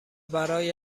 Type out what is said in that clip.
برای